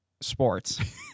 sports